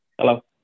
Hello